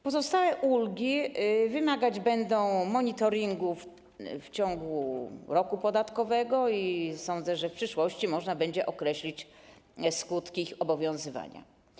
Pozostałe ulgi wymagać będą monitoringu w ciągu roku podatkowego i sądzę, że w przyszłości można będzie określić skutki ich obowiązywania.